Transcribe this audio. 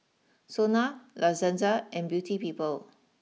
Sona La Senza and Beauty people